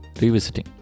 revisiting